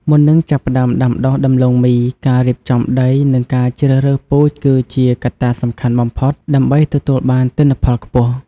មុននឹងចាប់ផ្ដើមដាំដុះដំឡូងមី ការរៀបចំដី និងការជ្រើសរើសពូជគឺជាកត្តាសំខាន់បំផុតដើម្បីទទួលបានទិន្នផលខ្ពស់។